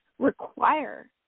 require